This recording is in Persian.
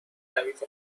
تعویض